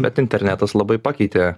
bet internetas labai pakeitė